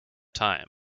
time